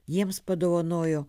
jiems padovanojo